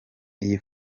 iyi